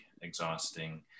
exhausting